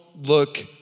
look